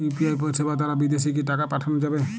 UPI পরিষেবা দারা বিদেশে কি টাকা পাঠানো যাবে?